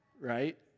right